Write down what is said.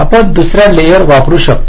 आपण दुसरा लेअर वापरू शकता